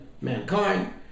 mankind